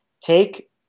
take